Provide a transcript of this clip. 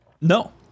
No